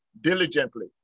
diligently